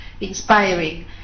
inspiring